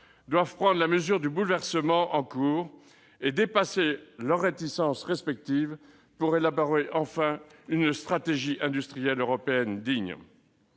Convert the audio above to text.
doivent prendre la mesure du bouleversement en cours et dépasser leurs réticences respectives pour élaborer enfin une stratégie industrielle européenne digne